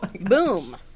Boom